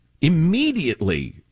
immediately